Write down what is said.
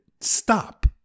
stop